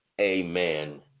Amen